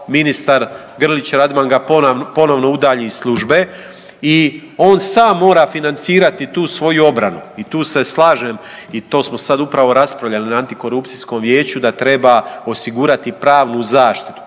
ministar Grlić-Radman ga ponovno udalji iz službe i on sam mora financirati tu svoju obranu. I tu se slažem i to smo sad upravo raspravljali na antikorupcijskom vijeću, da treba osigurati pravnu zaštitu.